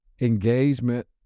engagement